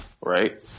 right